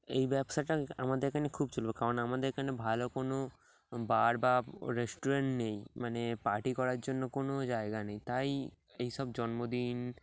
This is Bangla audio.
এই ব্যবসাটা আমাদের এখানে খুব চল কারণ আমাদের এখানে ভালো কোনো বার বা রেস্টুরেন্ট নেই মানে পার্টি করার জন্য কোনো জায়গা নেই তাই এইসব জন্মদিন